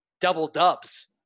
double-dubs